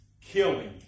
killing